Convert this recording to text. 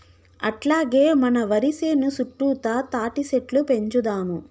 అట్లాగే మన వరి సేను సుట్టుతా తాటిసెట్లు పెంచుదాము